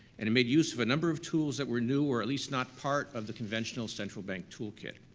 and it made use of a number of tools that were new, or at least not part of the conventional central bank toolkit.